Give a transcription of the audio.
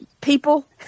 People